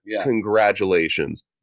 congratulations